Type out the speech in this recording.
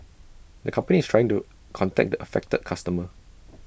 the company is trying to contact the affected customer